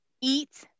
Eat